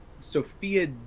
Sophia